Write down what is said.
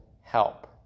help